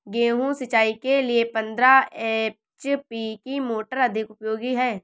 गेहूँ सिंचाई के लिए पंद्रह एच.पी की मोटर अधिक उपयोगी है?